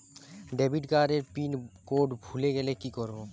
Debit card এর pin code ভুলে গেলে কি করব?